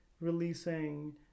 releasing